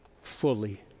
fully